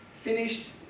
finished